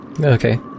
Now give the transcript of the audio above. Okay